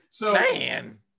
Man